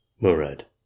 Murad